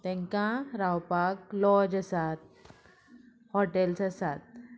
तांकां रावपाक लॉज आसात हॉटॅल्स आसात